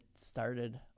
started